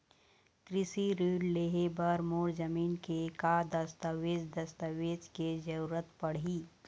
कृषि ऋण लेहे बर मोर जमीन के का दस्तावेज दस्तावेज के जरूरत पड़ही?